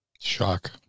Shock